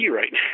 right